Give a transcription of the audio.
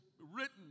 written